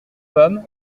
femmes